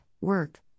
work